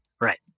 right